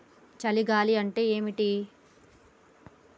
చలి గాలి అంటే ఏమిటి?